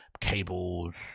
cables